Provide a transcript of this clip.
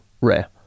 rare